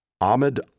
Ahmed